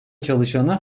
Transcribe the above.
çalışanı